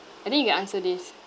I think you can answer this